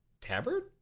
tabard